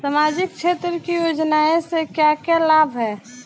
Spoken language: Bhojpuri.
सामाजिक क्षेत्र की योजनाएं से क्या क्या लाभ है?